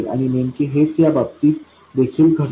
आणि नेमके हेच या बाबतीत देखील घडते